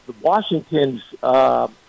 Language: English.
Washington's